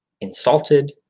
insulted